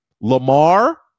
Lamar